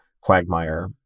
quagmire